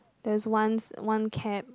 there's once one cab~